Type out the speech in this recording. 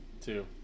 two